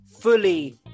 fully